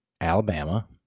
Alabama